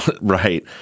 right